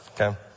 okay